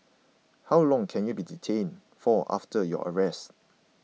how long can you be detained for after your arrest